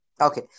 Okay